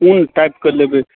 कोन टाइपके लेबै